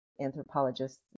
anthropologists